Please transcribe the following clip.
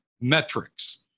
metrics